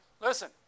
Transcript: Listen